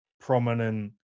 prominent